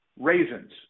raisins